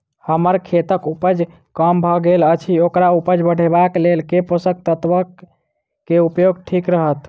हम्मर खेतक उपज कम भऽ गेल अछि ओकर उपज बढ़ेबाक लेल केँ पोसक तत्व केँ उपयोग ठीक रहत?